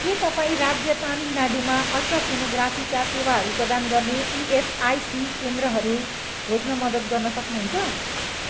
के तपाईँ राज्य तामिलनाडूमा अल्ट्रासोनोग्राफीका सेवाहरू प्रदान गर्ने इएसआइसी केन्द्रहरू खोज्न मद्दत गर्न सक्नुहुन्छ